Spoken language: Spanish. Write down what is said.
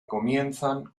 comienzan